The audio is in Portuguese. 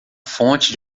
fonte